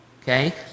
okay